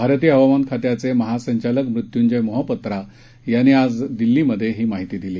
भारतीय हवामान खात्याचे महासंचालक मृत्यूंजय मोहापात्रा यांनी आज दिल्लीत ही माहिती दिली